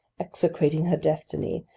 execrating her destiny,